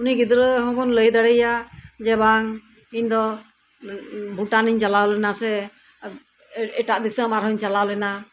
ᱩᱱᱤ ᱜᱤᱫᱽᱨᱟᱹ ᱦᱚᱸᱵᱚᱱ ᱞᱟᱹᱭ ᱫᱟᱲᱮᱭᱟ ᱡᱮ ᱵᱟᱝ ᱤᱧ ᱫᱚ ᱵᱷᱩᱴᱟᱱ ᱤᱧ ᱪᱟᱞᱟᱣ ᱞᱮᱱᱟ ᱥᱮ ᱮᱴᱟᱜ ᱫᱤᱥᱚᱢ ᱟᱨᱦᱚᱸᱧ ᱪᱟᱞᱟᱣ ᱞᱮᱱᱟ